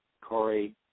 Corey